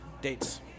dates